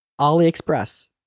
AliExpress